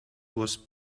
was